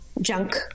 junk